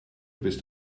bist